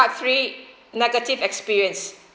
part three negative experience